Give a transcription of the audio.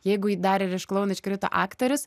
jeigu dar ir iš klouno iškrito aktorius